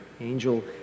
angel